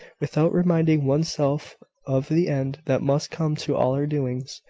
without reminding one's self of the end that must come to all our doings.